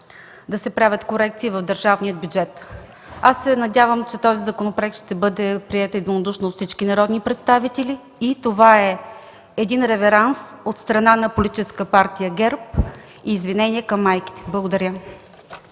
да се правят корекции в държавния бюджет. Надявам се, че този законопроект ще бъде приет единодушно от всички народни представители. Това е реверанс от страна на Политическа партия ГЕРБ – извинение към майките. Благодаря.